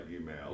email